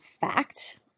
fact